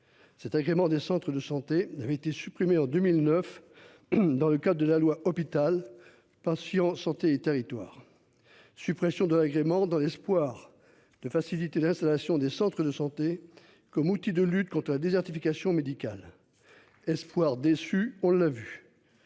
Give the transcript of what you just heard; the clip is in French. Cet agrément des centres de santé n'avait été supprimé en 2009. Dans le cadre de la loi hôpital, patients, santé et territoires suppressions de l'agrément dans l'espoir de faciliter l'installation des centres de santé comme outil de lutte contre la désertification médicale. Espoir déçu, on l'a vu.